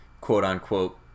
quote-unquote